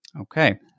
Okay